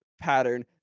pattern